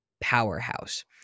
powerhouse